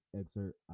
excerpt